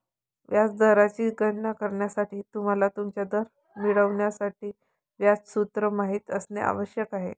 व्याज दराची गणना करण्यासाठी, तुम्हाला तुमचा दर मिळवण्यासाठी व्याज सूत्र माहित असणे आवश्यक आहे